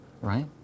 Right